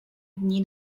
dni